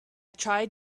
tried